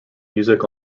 music